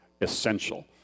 essential